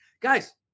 Guys